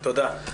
תודה.